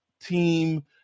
team